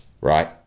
right